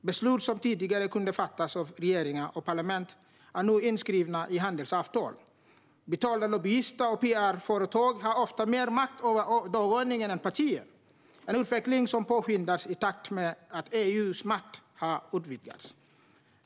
Beslut som tidigare kunde fattas av regeringar och parlament är nu inskrivna i handelsavtal. Betalda lobbyister och pr-företag har ofta mer makt över dagordningen än partier, en utveckling som har påskyndats i takt med att EU:s makt har utvidgats.